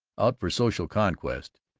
out for social conquest,